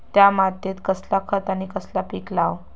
त्या मात्येत कसला खत आणि कसला पीक लाव?